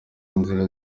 inzira